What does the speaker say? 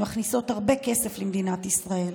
שמכניסים הרבה כסף למדינת ישראל,